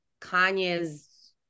Kanye's